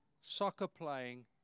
soccer-playing